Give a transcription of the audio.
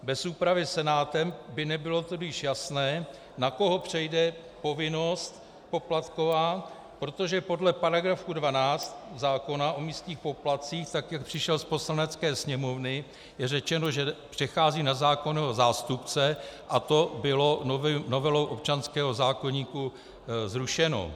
Bez úpravy Senátem by nebylo tudíž jasné, na koho přejde poplatková povinnost, protože podle § 12 zákona o místních poplatcích, tak jak přišel z Poslanecké sněmovny, je řečeno, že přechází na zákonného zástupce, a to bylo novelou občanského zákoníku zrušeno.